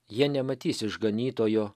jie nematys išganytojo